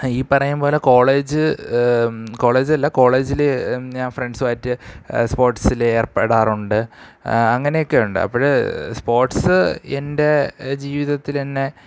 ഈ പറയുംപോലെ കോളേജ് കോളേജല്ല കോളേജില് ഞാൻ ഫ്രണ്ട്സുമായിട്ട് സ്പോർട്സില് ഏർപ്പെടാറുണ്ട് അങ്ങനെയൊക്കെയുണ്ട് അപ്പോള് സ്പോർട്സ് എൻ്റെ ജീവിതത്തിലെന്നെ